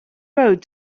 road